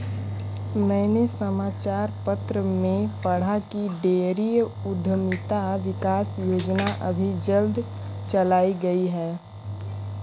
मैंने समाचार पत्र में पढ़ा की डेयरी उधमिता विकास योजना अभी जल्दी चलाई गई है